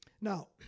now